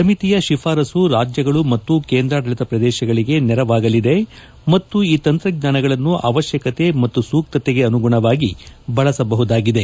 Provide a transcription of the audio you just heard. ಸಮಿತಿಯ ಶಿಫಾರಸು ರಾಜ್ಯಗಳು ಮತ್ತು ಕೇಂದ್ರಾದಳಿತ ಪ್ರದೇಶಗಳಿಗೆ ನೆರವಾಗಲಿದೆ ಮತ್ತು ಈ ತಂತ್ರಜ್ಞಾನಗಳನ್ನು ಅವಶ್ಯಕತೆ ಮತ್ತು ಸೂಕ್ತತೆಗೆ ಅನುಗುಣವಾಗಿ ಬಳಸಬಹುದಾಗಿದೆ